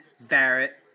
Barrett